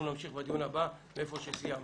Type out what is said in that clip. אנחנו נמשיך בדיון הבא מאיפה שסיימנו.